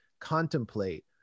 contemplate